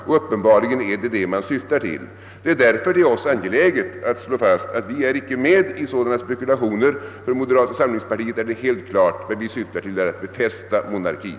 Det är tydligen också det man syftar till. Därför är det oss angeläget att slå fast att vi inte är med på sådana spekulationer. För moderata samlingspartiet är frågan helt klar. Vad vi syftar till är att befästa monarkin.